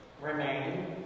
remain